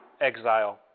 exile